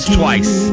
twice